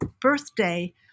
birthday